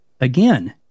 again